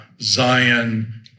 Zion